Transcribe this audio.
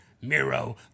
Miro